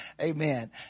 Amen